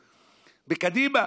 בקדימה.